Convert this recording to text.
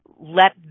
let